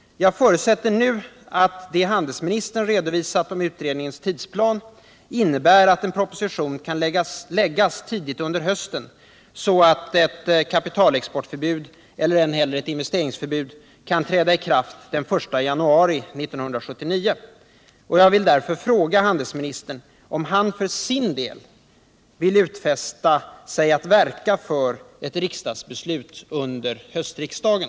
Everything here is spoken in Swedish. Jag förutsätter nu att det handelsministern redovisat om utredningens tidsplan innebär att en proposition kan framläggas tidigt under hösten så att ett kapitalexportförbud eller ännu hellre ett investeringsförbud kan träda i kraft den I januari 1979. Jag vill därför fråga handelsministern om han för sin del vill utfästa sig att verka för ett riksdagsbeslut under höstriksdagen.